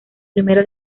primera